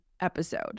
episode